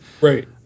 right